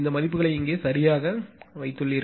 இந்த மதிப்புகளை இங்கே சரியாக வைத்துள்ளீர்கள்